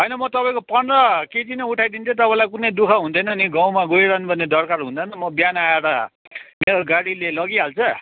होइन म तपाईँको पन्ध्र केजी नै उठाइदिन्थेँ तपाईँलाई कुनै दु ख हुन्थेन नि गाउँमा गइरहनु पर्ने दरकार हुँदैन म बिहान आएर मेरो गाडीले लगिहाल्छ